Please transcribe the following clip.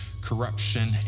corruption